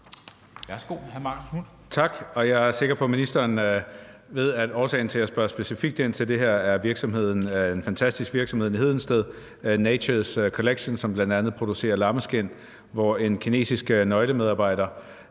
Tak. Jeg er sikker på, at ministeren ved, at årsagen til, at jeg spørger specifikt ind til det her, er en fantastisk virksomhed i Hedensted, som hedder NATURES Collection, og som bl.a. producerer lammeskind, og hvor en kinesisk nøglemedarbejder